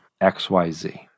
XYZ